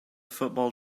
football